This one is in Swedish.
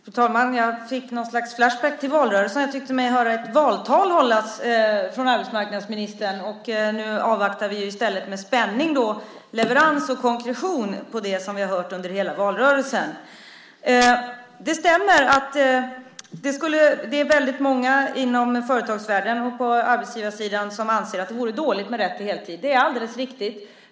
Fru talman! Jag fick ett slags flashback till valrörelsen och tyckte mig höra ett valtal hållas från arbetsmarknadsministern. Nu avvaktar vi i stället med spänning leverans och konkretion av det som vi har hört under hela valrörelsen. Det stämmer att det är väldigt många inom företagsvärlden och på arbetsgivarsidan som anser att det vore dåligt med rätt till heltid. Det är alldeles riktigt.